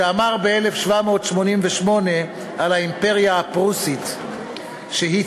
שאמר ב-1788 על האימפריה הפרוסית שהיא